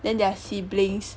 then they are siblings